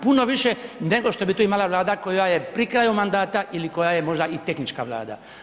Puno više nego što bi to imala Vlada koja je pri kraju mandata ili koja je možda i tehnička Vlada.